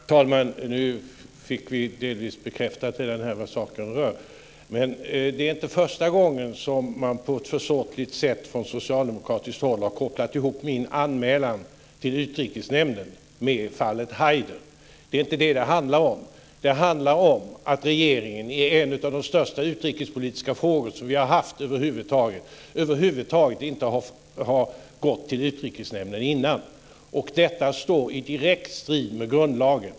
Herr talman! Nu fick vi delvis bekräftat vad saken rör. Det är inte första gången som man på ett försåtligt sätt från socialdemokratiskt håll har kopplat ihop min anmälan till Utrikesnämnden med fallet Haider. Det är inte det det handlar om. Det handlar om att regeringen i en av de största utrikespolitiska frågor vi över huvud taget har haft inte har gått till Utrikesnämnden. Detta står i direkt strid med grundlagen.